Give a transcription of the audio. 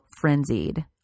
frenzied